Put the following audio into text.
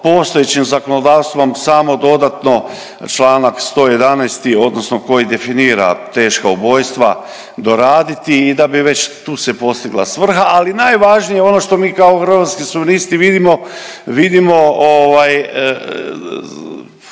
postojećim zakonodavstvom samo dodatno Članak 111. odnosno koji definira teška ubojstva doraditi i da bi već tu se postigla svrha, ali najvažnije ono što mi kao Hrvatski suverenisti vidimo, vidimo ovaj